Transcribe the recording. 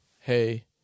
Hey